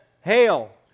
Hail